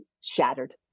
shattered